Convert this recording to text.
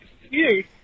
excuse